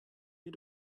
mir